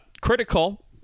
critical